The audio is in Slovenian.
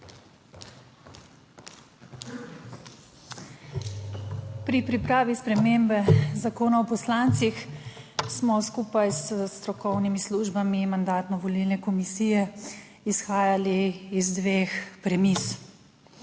Pri pripravi spremembe Zakona o poslancih smo skupaj s strokovnimi službami Mandatno-volilne komisije izhajali iz dveh premis.